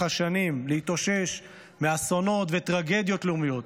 השנים להתאושש מאסונות וטרגדיות לאומיות,